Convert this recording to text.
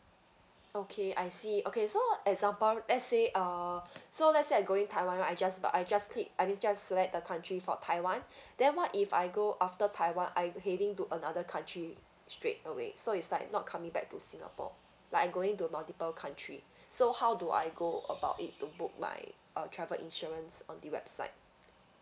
okay I see okay so example let's say uh so let's say I going taiwan right I just I just click I mean I just select the country for taiwan then what if I go after taiwan I heading to another country straightaway so it's like not coming back to singapore like I going to multiple countries so how do I go about it to book my uh travel insurance on the website